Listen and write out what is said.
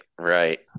right